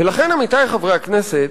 ולכן, עמיתי חברי הכנסת,